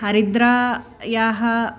हरिद्रायाः